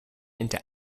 into